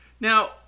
Now